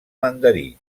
mandarí